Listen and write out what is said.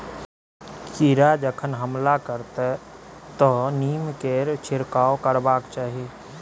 कीड़ा जखन हमला करतै तँ नीमकेर छिड़काव करबाक चाही